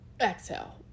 exhale